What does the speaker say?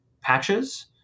patches